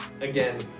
again